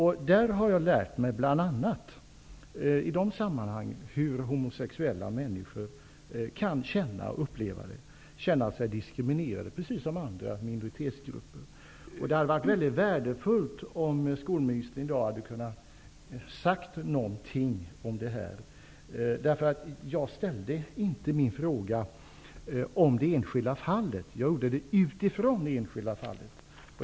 Jag har i de sammanhangen bl.a. lärt mig hur homosexuella människor precis som andra minoritetsgrupper kan känna sig diskriminerade. Det hade varit mycket värdefullt om skolministern i dag hade kunnat säga någonting om det här. Jag ställde inte min fråga om det enskilda fallet, om också utifrån det enskilda fallet.